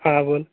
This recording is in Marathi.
हां बोल